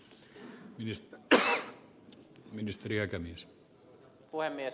arvoisa puhemies